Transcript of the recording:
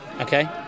Okay